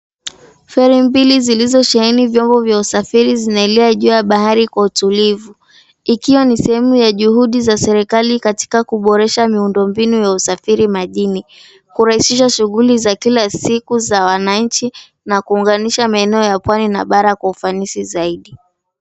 Feri mbili zilizosheheni vyombo vya usafiri zinaendelea juu ya bahari kwa utulivu. Ikiwa ni sehemu ya juhudi za serikali katika kuboresha miundombinu ya usafiri majini, kurahisisha shughuli za kila siku za wananchi, na kuunganisha maeneo ya pwani na bara kwa ufanisi zaidi.